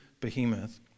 behemoth